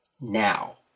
Now